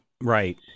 Right